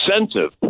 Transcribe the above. incentive